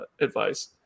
advice